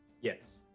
Yes